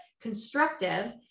constructive